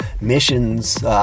missions